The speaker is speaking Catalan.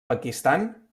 pakistan